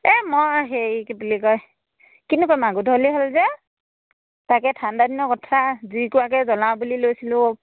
এই মই হেৰি বুলি কয় কিনো কৰিম আৰু গধুলি হ'ল যে তাকে ঠাণ্ডাদিনৰ কথা জুইকুৰাকে জ্বলাওঁ বুলি লৈছিলোঁ